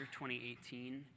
2018